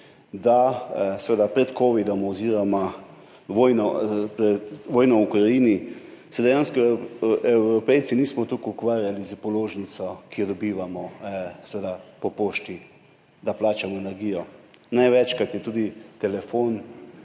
se seveda pred covidom oziroma pred vojno v Ukrajini dejansko Evropejci nismo toliko ukvarjali s položnico, ki jo dobivamo po pošti, da plačamo energijo. Največkrat je bil telefon